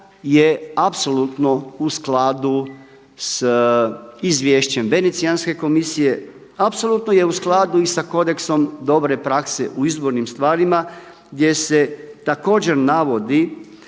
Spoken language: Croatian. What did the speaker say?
je apsolutno u skladu s izvješćem Venecijanske komisije, apsolutno je u skladu i sa kodeksom dobre prakse u izbornim stvarima gdje se također navodi